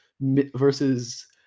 versus